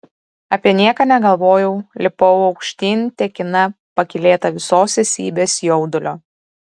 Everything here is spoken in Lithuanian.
apie nieką negalvojau lipau aukštyn tekina pakylėta visos esybės jaudulio